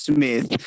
Smith